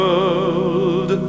world